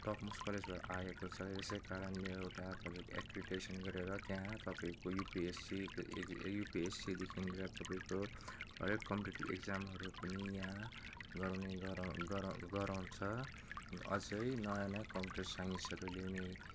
topmost college भएर आएको छ यसैकारणले एउटा तपाईँको एक्रिडिटेसन गरेर त्यहाँ तपाईँको युपिएससी युपिएससीदेखि लिएर तपाईँको हरेक कम्पिटेटिब इक्जामहरू पनि यहाँ गराउने गराउ गराउ गराउँछ अझै नयाँ नयाँ कम्प्युटर साइन्सहरू ल्याउने